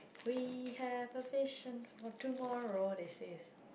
we have a vision for tomorrow this is